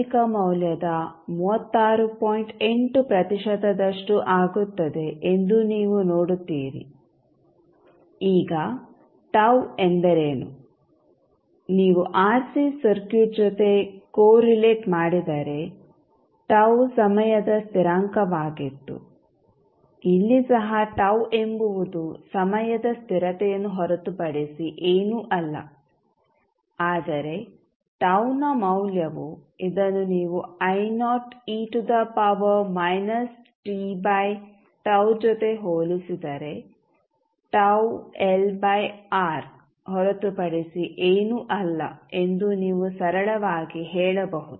8 ಪ್ರತಿಶತದಷ್ಟು ಆಗುತ್ತದೆ ಎಂದು ನೀವು ನೋಡುತ್ತೀರಿ ಈಗ ಟೌ ಎಂದರೇನು ನೀವು ಆರ್ಸಿ ಸರ್ಕ್ಯೂಟ್ ಜೊತೆ ಕೋರಿಲೆಟ್ ಮಾಡಿದರೆ tau ಸಮಯದ ಸ್ಥಿರಾಂಕವಾಗಿತ್ತು ಇಲ್ಲಿ ಸಹ tau ಎಂಬುದು ಸಮಯದ ಸ್ಥಿರತೆಯನ್ನು ಹೊರತುಪಡಿಸಿ ಏನೂ ಅಲ್ಲ ಆದರೆ tau ನ ಮೌಲ್ಯವು ಇದನ್ನು ನೀವು e to the power minus t by tau ಜೊತೆ ಹೋಲಿಸಿದರೆ tau ಎಲ್ ಬೈ ಆರ್ ಹೊರತುಪಡಿಸಿ ಏನೂ ಅಲ್ಲ ಎಂದುನೀವು ಸರಳವಾಗಿ ಹೇಳಬಹುದು